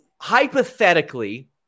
hypothetically